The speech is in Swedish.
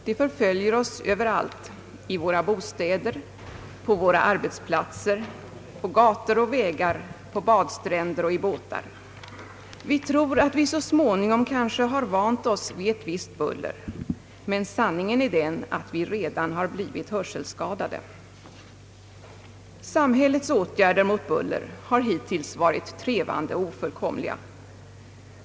Det förföljer oss överallt, i våra bostäder, på våra arbetsplatser, på gator och vägar, på badstränder och i båtar. Vi tror att vi så småningom kanske har vant oss vid ett visst buller, men sanningen är den att vi redan har blivit hörselskadade. Samhällets åtgärder mot buller har hittills varit trevande och ofullkomliga.